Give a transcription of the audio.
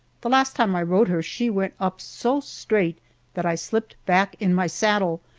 the last time i rode her she went up so straight that i slipped back in my saddle,